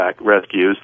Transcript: rescues